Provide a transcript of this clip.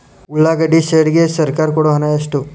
ಉಳ್ಳಾಗಡ್ಡಿ ಶೆಡ್ ಗೆ ಸರ್ಕಾರ ಕೊಡು ಹಣ ಎಷ್ಟು?